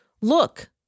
Look